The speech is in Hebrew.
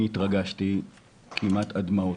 אני התרגשתי כמעט עד דמעות.